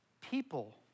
people